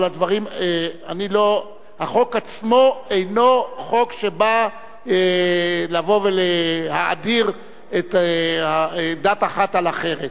אבל החוק עצמו אינו חוק שבא להאדיר דת אחת על אחרת.